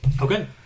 Okay